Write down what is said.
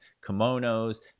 kimonos